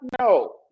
no